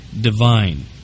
divine